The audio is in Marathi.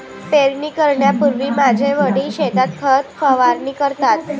पेरणी करण्यापूर्वी माझे वडील शेतात खत फवारणी करतात